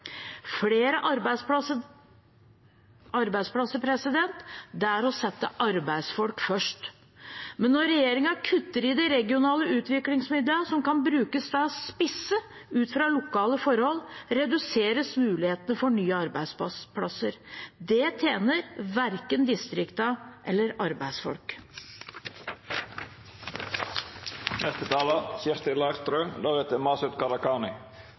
Flere arbeidsplasser er å sette arbeidsfolk først. Men når regjeringen kutter i de regionale utviklingsmidlene som kan brukes til å spisse ut fra lokale forhold, reduseres muligheten for nye arbeidsplasser. Det tjener verken distriktene eller